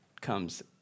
comes